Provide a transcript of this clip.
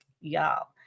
y'all